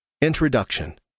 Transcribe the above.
Introduction